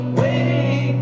waiting